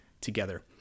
together